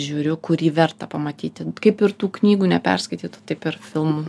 žiūriu kurį verta pamatyti kaip ir tų knygų neperskaitytų taip ir filmų